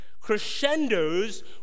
crescendos